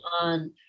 on